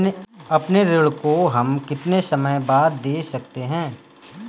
अपने ऋण को हम कितने समय बाद दे सकते हैं?